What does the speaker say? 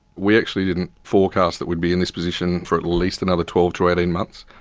we actually didn't forecast that we'd be in this position for at least another twelve to eighteen months,